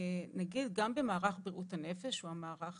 גם במערך בריאות הנפש, הוא המערך